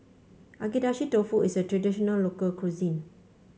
Agedashi Dofu is a traditional local cuisine